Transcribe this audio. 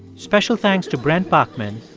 special thanks to brent baughman,